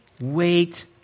wait